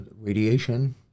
radiation